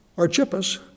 Archippus